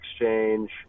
Exchange